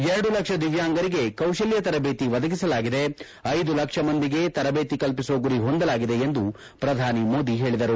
ಎರಡು ಲಕ್ಷ ದಿವ್ಯಾಂಗರಿಗೆ ಕೌಶಲ್ಯ ತರಬೇತಿ ಒದಗಿಸಲಾಗಿದೆ ಐದು ಲಕ್ಷ ಮಂದಿಗೆ ತರಬೇತಿ ಕಲ್ಪಿಸುವ ಗುರಿ ಹೊಂದಲಾಗಿದೆ ಎಂದು ಪ್ರಧಾನಿ ಮೋದಿ ಹೇಳಿದರು